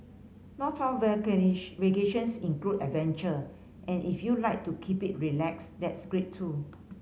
not all vacations include adventure and if you like to keep it relaxed that's great too